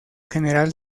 general